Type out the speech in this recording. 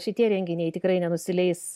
šitie renginiai tikrai nenusileis